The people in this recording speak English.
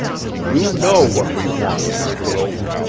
you know what we want, mr. wilton,